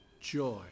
joy